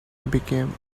became